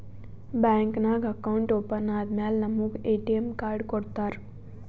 bank ನಾಗ್ account open ಆದಮ್ಯಾಲ ನಮುಗ ಎ.ಟಿ.ಎಮ್ ಕಾರ್ಡ್ ಕೊಡ್ತಾರ್